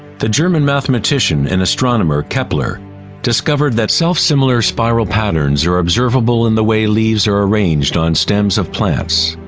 the german mathematician and astronomer keppler discovered that self similar spiral patterns are observable in the way leaves are arranged on stems of plants.